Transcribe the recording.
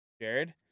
Jared